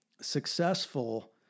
successful